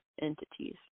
entities